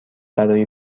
برای